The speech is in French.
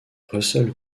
russell